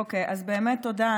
אוקיי, אז באמת תודה.